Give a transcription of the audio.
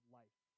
life